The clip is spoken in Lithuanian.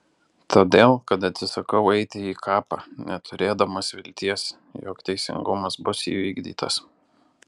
todėl kad atsisakau eiti į kapą neturėdamas vilties jog teisingumas bus įvykdytas